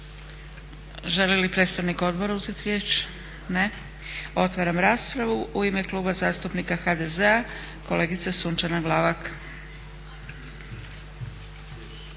Želi li predstavnik Odbora uzeti riječ? Ne. Otvaram raspravu. U ime Kluba zastupnika HDZ-a kolegica Sunčana Glavak.